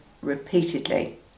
repeatedly